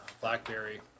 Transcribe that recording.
blackberry